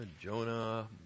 Jonah